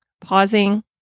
pausing